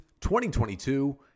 2022